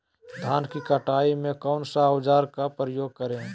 धान की कटाई में कौन सा औजार का उपयोग करे?